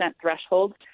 threshold